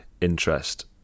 interest